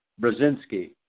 Brzezinski